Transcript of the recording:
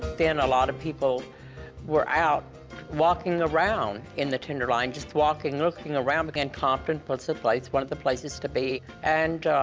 then, a lot of people were out walking around in the tenderloin, just walking, looking around. but and compton's was but the place, one of the places to be. and